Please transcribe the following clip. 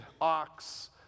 ox